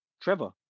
Trevor